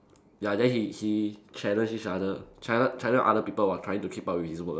ya then he he challenge each other challen~ challenge other people while trying to keep up with his work ah